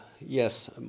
yes